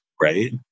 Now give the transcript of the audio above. right